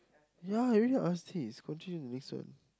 ya I already asked this continue the next one